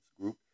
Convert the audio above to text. Group